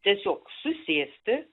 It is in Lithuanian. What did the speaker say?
tiesiog susėsti